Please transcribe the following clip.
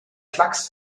klacks